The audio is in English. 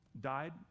died